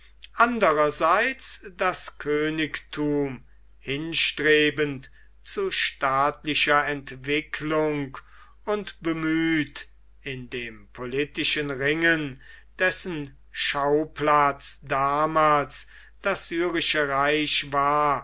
andererseits das königtum hinstrebend zu staatlicher entwicklung und bemüht in dem politischen ringen dessen schauplatz damals das syrische reich war